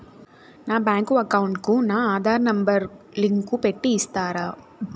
నా bank account కు నా ఆధార్ నెంబర్ లింకు పెట్టి ఇస్తారా?